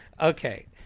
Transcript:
Okay